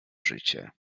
życie